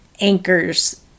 anchors